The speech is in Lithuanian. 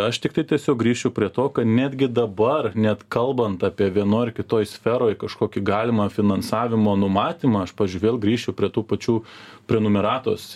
aš tiktai tiesiog grįšiu prie to ka netgi dabar net kalbant apie vienoj ar kitoj sferoj kažkokį galimą finansavimo numatymą aš vėl grįšiu prie tų pačių prenumeratos